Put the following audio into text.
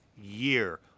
year